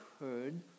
heard